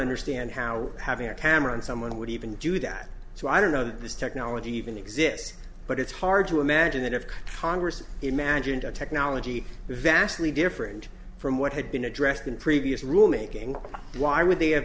understand how having a camera on someone would even do that so i don't know that this technology even exists but it's hard to imagine that if congress imagined a technology vastly different from what had been addressed in previous rulemaking why would they have